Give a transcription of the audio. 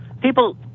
People